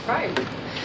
Right